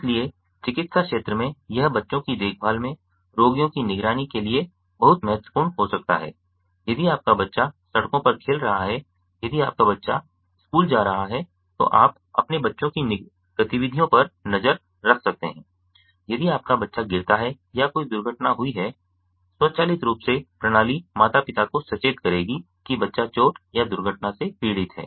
इसलिए चिकित्सा क्षेत्र में यह बच्चों की देखभाल में रोगियों की निगरानी के लिए बहुत महत्वपूर्ण हो सकता है यदि आपका बच्चा सड़कों पर खेल रहा है यदि आपका बच्चा स्कूल जा रहा है तो आप अपने बच्चों की गतिविधियों पर नजर रख सकते हैं यदि आपका बच्चा गिरता है या कोई दुर्घटना हुई है स्वचालित रूप से प्रणाली माता पिता को सचेत करेगी कि बच्चा चोट या दुर्घटना से पीड़ित है है